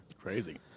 Crazy